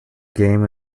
game